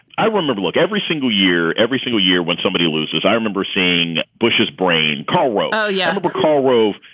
i remember look, every single year, every single year when somebody loses, i remember seeing bush's brain. karl rove. oh, yeah. karl rove,